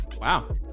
Wow